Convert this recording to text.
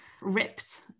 ripped